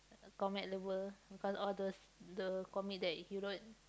comic lover because all those the comic that he wrote